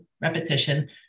repetition